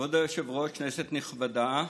כבוד היושב-ראש, כנסת נכבדה,